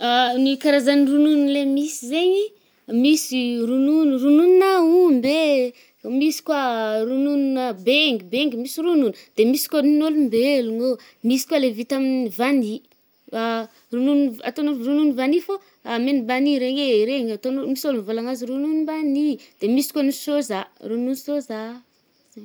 Ny karazan-dronono le misy zaigny ih. Misy ronono, rononon’aomby e, misy koà rononona bengy, bengy misy ronono, misy koà amin’olombelogno. Misy koà le vita amin’ vanille. ronono v-ataogn’olo va-ronono vanille fô mana-banille regny e, regny ataogn’-misy ôlo mivôlagna azy rononom-banille ih. De misy koà ny sôzah, ronono sôzah. zayy.